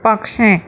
पक्षी